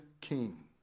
king